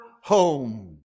home